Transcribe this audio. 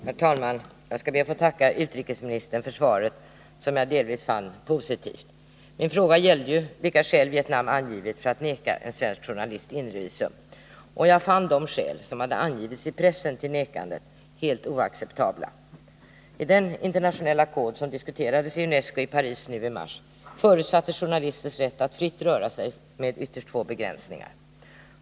Fredagen den Herr talman! Jag skall be att få tacka utrikesministern för svaret, som jag 3 april 1981 delvis fann positivt. Min fråga gällde vilka skäl Vietnam angivit för att vägra en svensk Om vägrat inrejournalist inresevisum, då jag ansåg de skäl för visumvägran som angivits i pressen helt oacceptabla. I den internationella kod som diskuterades i UNESCO i Paris nu i mars förutsattes journalisters rätt att fritt röra sig med ytterst få begränsningar.